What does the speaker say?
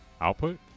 output